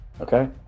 Okay